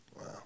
Wow